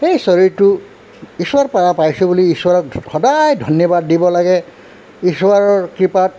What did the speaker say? সেই শৰীৰটো ঈশ্বৰৰ পৰা পাইছোঁ বুলি ঈশ্বৰক সদায় ধন্যবাদ দিব লাগে ঈশ্বৰৰ কৃপাত